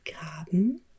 Graben